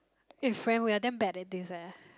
eh friend we are damn bad at this eh